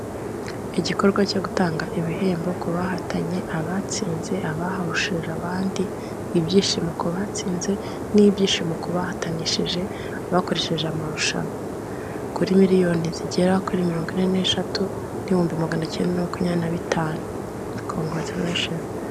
Igikorwa cyo gutanga ibihembo ku bahatanye abatsinze abaharushijera abandi ibyishimo ku batsinze n'ibyishimo ku bahatanishije abakoresheje amarushanwa kuri miliyoni zigera kuri mirongo ine neshatu n'ibihumbi maganacyenda makumyabiri na bitanu konguratirasheni.